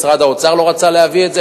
משרד האוצר לא רצה להביא את זה,